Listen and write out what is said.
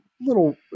little